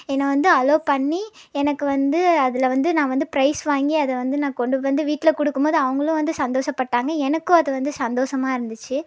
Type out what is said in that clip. என்னை வந்து அலோவ் பண்ணி எனக்கு வந்து அதில் வந்து நான் வந்து ப்ரைஸ் வாங்கி அதை வந்து நான் கொண்டு வந்து வீட்டில் கொடுக்கும்போது அவங்களும் வந்து சந்தோஷப்பட்டாங்க எனக்கும் அதுவந்து சந்தோஷமாக இருந்துச்சு